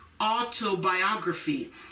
autobiography